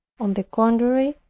on the contrary,